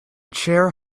chair